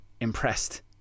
impressed